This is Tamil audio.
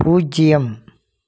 பூஜ்ஜியம்